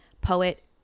poet